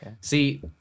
See